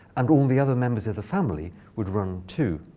and all the other members of the family would run too.